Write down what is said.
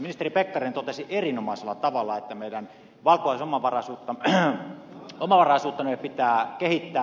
ministeri pekkarinen totesi erinomaisella tavalla että meidän valkuaisomavaraisuuttamme pitää kehittää